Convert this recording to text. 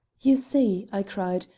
you see i cried,